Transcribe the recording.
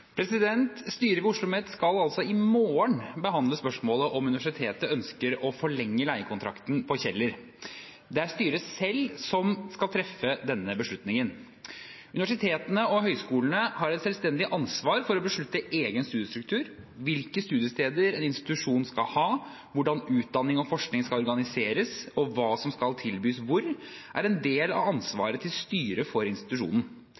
spørsmål. Styret ved OsloMet skal i morgen behandle spørsmålet om hvorvidt universitetet ønsker å forlenge leiekontrakten på Kjeller. Det er styret selv som skal treffe denne beslutningen. Universitetene og høyskolene har et selvstendig ansvar for å beslutte egen studiestedsstruktur. Hvilke studiesteder en institusjon skal ha, hvordan utdanning og forskning skal organiseres, og hva som skal tilbys hvor, er en del av ansvaret til styret for institusjonen.